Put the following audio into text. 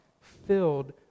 filled